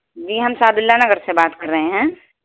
جی ہم سعد اللہ نگر سے بات کر رہے ہیں